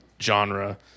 genre